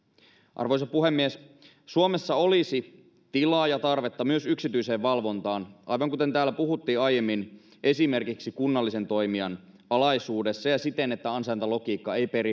arvoisa puhemies suomessa olisi tilaa ja tarvetta myös yksityiseen valvontaan aivan kuten täällä puhuttiin aiemmin esimerkiksi kunnallisen toimijan alaisuudessa ja siten että ansaintalogiikka ei